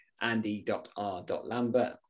andy.r.lambert